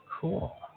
Cool